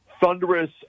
thunderous